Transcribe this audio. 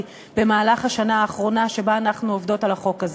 באגף לחקירות מודיעין מונו צוותי חקירה